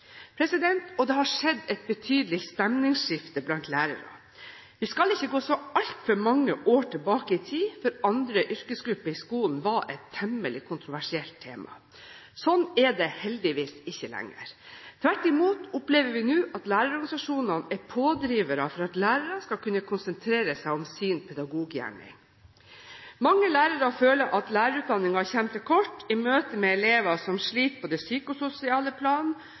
Det har skjedd et betydelig stemningsskifte blant lærere. En skal ikke gå så altfor mange år tilbake i tid før en ser at andre yrkesgrupper i skolen var et temmelig kontroversielt tema. Slik er det heldigvis ikke lenger. Tvert imot opplever vi nå at lærerorganisasjonene er pådrivere for at lærere skal kunne konsentrere seg om sin pedagoggjerning. Mange lærere føler at lærerutdanningen kommer til kort i møte med elever som sliter på det psykososiale plan,